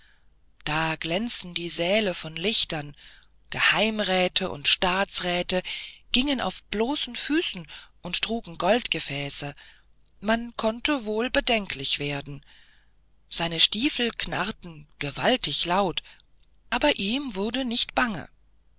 da glänzten die säle von lichtern geheimräte und staatsräte gingen auf bloßen füßen und trugen goldgefäße man konnte wohl bedenklich werden seine stiefel knarrten gewaltig laut aber ihm wurde doch nicht bange